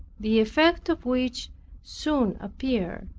the effect of which soon appeared.